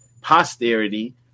posterity